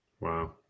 Wow